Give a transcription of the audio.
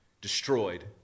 destroyed